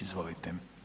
Izvolite.